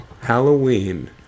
halloween